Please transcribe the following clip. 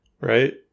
right